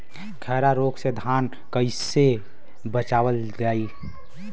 खैरा रोग से धान कईसे बचावल जाई?